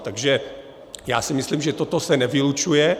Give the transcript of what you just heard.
Takže já si myslím, že toto se nevylučuje.